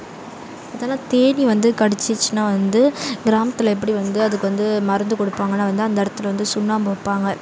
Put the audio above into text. முதலில் தேனீ வந்து கடிச்சுசின்னால் வந்து கிராமத்தில் எப்படி வந்து அதுக்கு வந்து மருந்து கொடுப்பாங்கன்னா வந்து அந்த இடத்துல வந்து சுண்ணாம்பு வைப்பாங்க